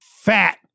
fat